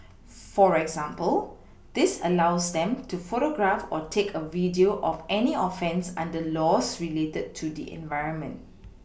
for example this allows them to photograph or take a video of any offence under laws related to the environment